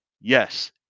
yes